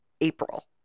April